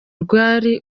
rwari